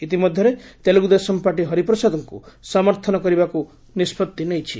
ଇତିମଧ୍ୟରେ ତେଲୁଗୁଦେଶମ ପାର୍ଟି ହରିପ୍ରସାଦଙ୍କୁ ସମର୍ଥନ କରିବାକୁ ନିଷ୍ପତ୍ତି ନେଇଛି